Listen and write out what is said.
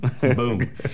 Boom